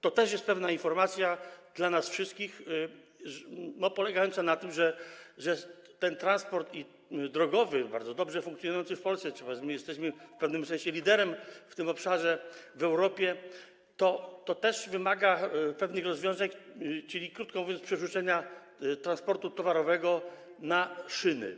To też jest pewna informacja dla nas wszystkich mówiąca o tym, że ten transport drogowy, bardzo dobrze funkcjonujący w Polsce - my jesteśmy w pewnym sensie liderem w tym obszarze w Europie - również wymaga pewnych rozwiązań, czyli, krótko mówiąc, przerzucenia transportu towarowego na szyny.